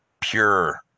pure